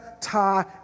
ta